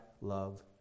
love